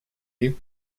you